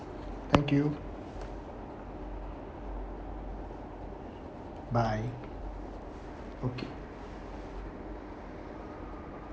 thank you bye okay